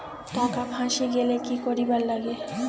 টাকা ফাঁসি গেলে কি করিবার লাগে?